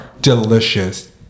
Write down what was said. delicious